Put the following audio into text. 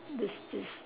this this